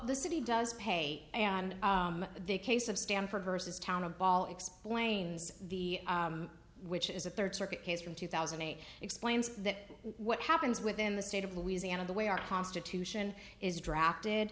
the city does pay and the case of stanford versus town a ball explains the which is a third circuit case from two thousand and explains that what happens within the state of louisiana the way our constitution is drafted